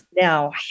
Now